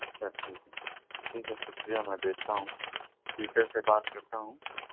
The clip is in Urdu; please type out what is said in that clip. اچھا ٹھیک ہے ٹھیک ہے شُکریہ میں دیکھتا ہوں ٹیچر سے بات کرتا ہوں